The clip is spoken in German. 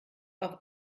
auf